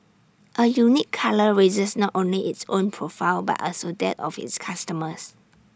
A unique colour raises not only its own profile but also that of its customers